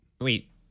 Wait